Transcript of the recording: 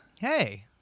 Hey